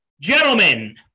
Gentlemen